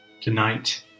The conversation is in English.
Tonight